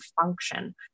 function